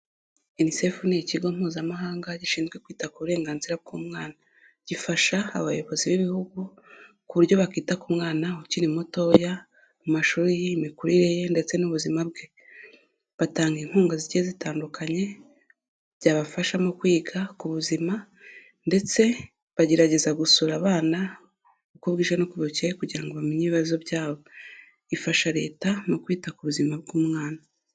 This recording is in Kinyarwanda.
Unicef ni Ikigo Mpuzamahanga gishinzwe kwita ku burenganzira bw'umwana, gifasha abayobozi b'ibihugu ku buryo bakita ku mwana ukiri mutoya amashuri, imikurire ye ndetse n'ubuzima bwe, batanga inkunga zigiye zitandukanye byabafasha mu kwiga ku buzima ndetse bagerageza gusura abana uko uko bwije n'uko bukene kugira ngo bamenye ibibazo byabo, ifasha Leta mu kwita ku buzima bw'umwana.